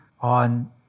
on